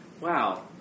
wow